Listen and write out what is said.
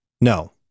No